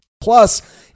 plus –